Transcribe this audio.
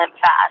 fast